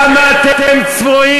כמה צבועים אתם, כמה אתם צבועים.